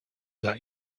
that